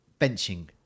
benching